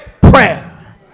prayer